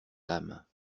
dames